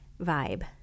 vibe